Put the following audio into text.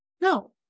No